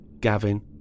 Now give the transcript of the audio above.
Gavin